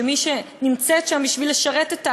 של מי שנמצאת שם בשביל לשרת את העם,